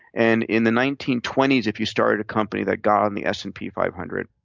and in the nineteen twenty s, if you started a company that got on the s and p five hundred,